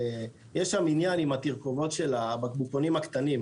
יש שם עניין עם התרכובות של הבקבוקים הקטנים,